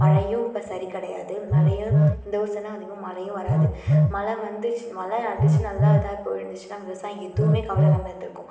மழையும் இப்போ சரி கிடையாது மழையும் இந்த ஊர் சைட்னால் அதிகமாக மழையும் வராது மழை வந்துடுச்சு மழை அடித்து நல்லா இதாக பொழிஞ்சுச்சுன்னா விவசாயம் எதுவுமே கவலை இல்லாமல் இருந்திருக்கும்